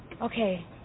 Okay